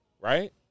right